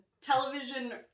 television